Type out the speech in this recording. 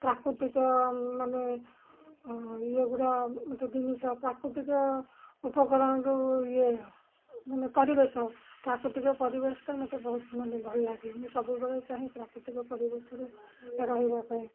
ପ୍ରାକୃତିକ ମାନେ ଇଏ ଗୁଡ଼ା ମୋତେ ଜିନିଷ ପ୍ରାକୃତିକ ଉପକରଣ ଯେଉଁ ଇଏ ମାନେ ପରିବେଶ ପ୍ରାକୃତିକ ପରିବେଶଟା ମୋତେ ବହୁତ ମାନେ ଭଲ ଲାଗେ ମୁଁ ସବୁବେଳେ ଚାହିଁ ପ୍ରାକୃତିକ ପରିବେଶରେ ରହିବା ପାଇଁ